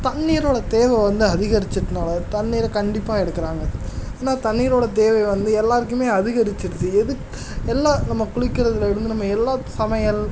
தண்ணீரோட தேவை வந்து அதிகரிச்சதனால் தண்ணீரை கண்டிப்பாக எடுக்கிறாங்க ஏன்னா தண்ணீரோட தேவை வந்து எல்லாருக்குமே அதிகரிச்சிருச்சு எதுக் எல்லா நம்ம குளிக்கிறதுல இருந்து நம்ம எல்லா சமையல்